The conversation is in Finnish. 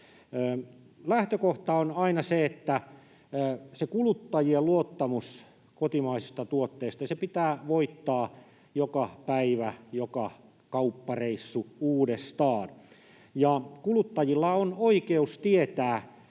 Lähtökohta on aina se, että se kuluttajien luottamus kotimaisiin tuotteisiin pitää voittaa joka päivä, joka kauppareissu uudestaan. Kuluttajilla on oikeus tietää,